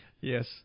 Yes